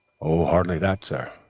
hardly that, sir.